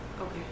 Okay